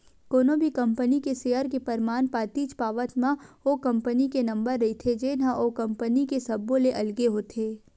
कोनो भी कंपनी के सेयर के परमान पातीच पावत म ओ कंपनी के नंबर रहिथे जेनहा ओ कंपनी के सब्बो ले अलगे होथे